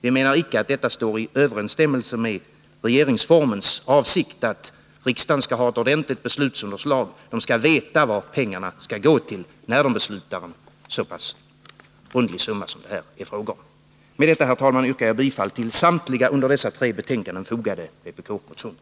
Vi menar att detta icke står i överensstämmelse med regeringsformens avsikt att riksdagen skall ha ett ordentligt beslutsunderlag. Riksdagen skall veta vad pengarna skall gå till när den beslutar om en så rundlig summa som det här är fråga om. Med detta, herr talman, yrkar jag bifall till samtliga i dessa tre betänkanden behandlade vpk-motioner.